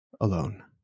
alone